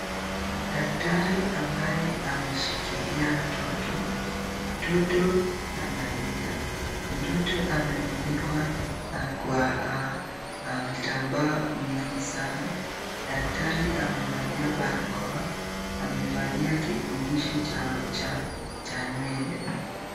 Daktari ambaye ameshikilia mtoto, mtoto analia, mtoto amefunikwa na kwa vitambaa mingi sana, daktari amevalia barakoa, amevalia kufunishi cha nywele.